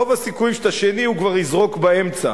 רוב הסיכויים שאת השני הוא כבר יזרוק באמצע,